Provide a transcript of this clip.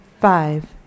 Five